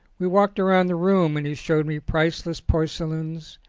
we walked round the room and he showed me priceless porcelains,